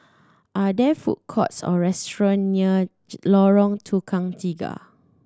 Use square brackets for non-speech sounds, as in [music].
are there food courts or restaurant near [unintelligible] Lorong Tukang Tiga